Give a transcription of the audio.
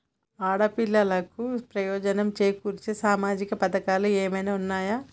ఆడపిల్లలకు ప్రయోజనం చేకూర్చే సామాజిక పథకాలు ఏమైనా ఉన్నయా?